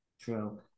True